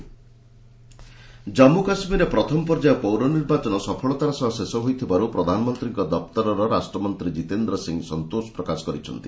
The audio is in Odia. ଜିତେନ୍ଦ୍ର ଜେକେ ପୋଲ୍ ଜାଞ୍ଚୁ କାଶ୍ମୀରରେ ପ୍ରଥମ ପର୍ଯ୍ୟାୟ ପୌର ନିର୍ବାଚନ ସଫଳତାର ସହ ଶେଷ ହୋଇଥିବାରୁ ପ୍ରଧାନମନ୍ତ୍ରୀଙ୍କ ଦପ୍ତରର ରାଷ୍ଟ୍ରମନ୍ତ୍ରୀ ଜିତେନ୍ଦ୍ର ସିଂ ସନ୍ତୋଷ ପ୍ରକାଶ କରିଛନ୍ତି